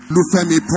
Lufemi